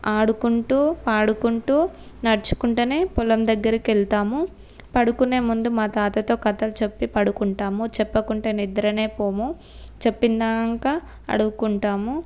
ఆడుకుంటూ పాడుకుంటూ నడుచుకుంటనే పొలం దగ్గరికి వెళ్తాము పడుకునే ముందు మా తాతతో కథలు చెప్పి పడుకుంటాము చెప్పకుంటే నిద్రనే పోము చెప్పేదాకా అడుక్కుంటాము